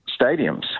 stadiums